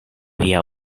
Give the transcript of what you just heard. via